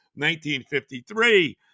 1953